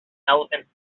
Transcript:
elephants